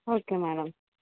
okay madam